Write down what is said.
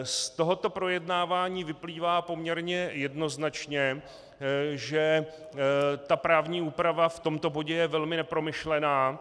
Z tohoto projednávání vyplývá poměrně jednoznačně, že právní úprava v tomto bodě je velmi nepromyšlená.